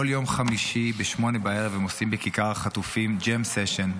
כל יום חמישי ב-20:00 הם עושים בכיכר החטופים ג'ם סשן,